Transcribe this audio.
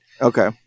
okay